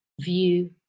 view